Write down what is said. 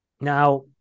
Now